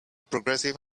progressive